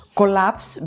collapse